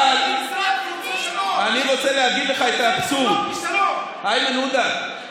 אבל אני רוצה להגיד לך את האבסורד, איימן עודה.